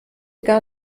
gar